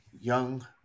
young